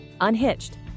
Unhitched